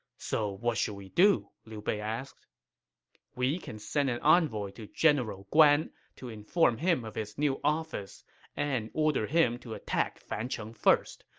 so what should we do? liu bei asked we can send an envoy to general guan to inform him of his new office and order him to attack fancheng first,